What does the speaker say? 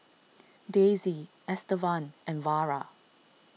Daisie Estevan and Vara